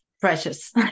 precious